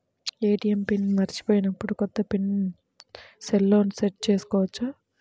ATM PIN మరచిపోయినప్పుడు, కొత్త PIN సెల్లో సెట్ చేసుకోవచ్చా?